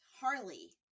Harley